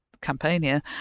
Campania